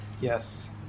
Yes